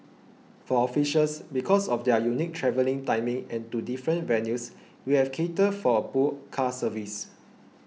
for officials because of their unique travelling timings and to different venues we have catered for a pool car service